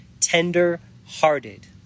tender-hearted